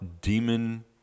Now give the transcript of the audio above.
demon